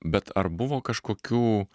bet ar buvo kažkokių